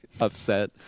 upset